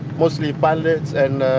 mostly pilots and,